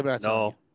No